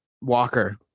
Walker